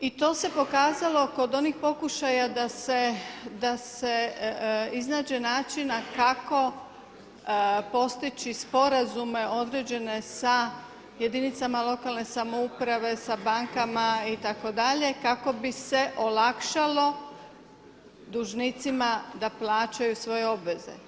I to se pokazalo kod onih pokušaja da se iznađe načina kako postići sporazume određene sa jedinicama lokalne samouprave, sa bankama itd. kako bi se olakšalo dužnicima da plaćaju svoje obveze.